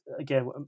again